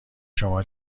شما